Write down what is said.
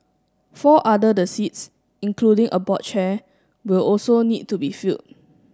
four other the seats including a board chair will also need to be filled